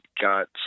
got